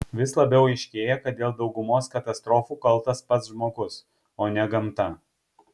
vis labiau aiškėja kad dėl daugumos katastrofų kaltas pats žmogus o ne gamta